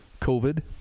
COVID